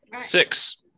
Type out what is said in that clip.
Six